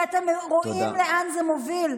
כי אתם רואים לאן זה מוביל.